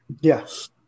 Yes